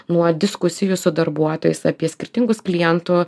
nuo diskusijų su darbuotojais apie skirtingus klientų